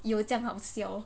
有这样好笑